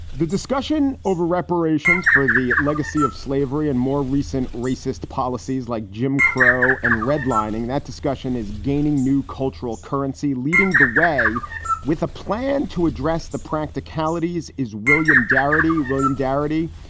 the discussion over reparations for the legacy of slavery and more recent racist policies like jim crow and redlining. that discussion is gaining new cultural currency, leading the way with a plan to address the practicalities. is william darity. william darity,